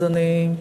אז אני,